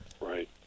Right